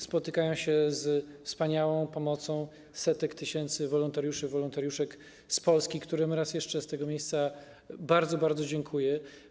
Spotykają się one z wspaniałą pomocą setek tysięcy wolontariuszy, wolontariuszek z Polski, którym raz jeszcze z tego miejsca bardzo, bardzo dziękuję.